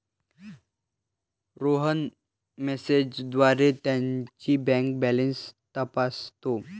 रोहन मेसेजद्वारे त्याची bank balance तपासतो